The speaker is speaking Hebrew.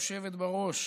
גברתי היושבת בראש,